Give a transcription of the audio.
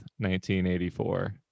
1984